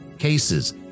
cases